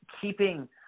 keeping